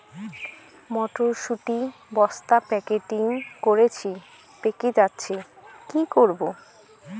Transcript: মটর শুটি বস্তা প্যাকেটিং করেছি পেকে যাচ্ছে কি করব?